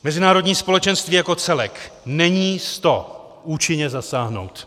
Mezinárodní společenství jako celek není s to účinně zasáhnout.